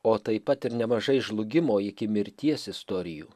o taip pat ir nemažai žlugimo iki mirties istorijų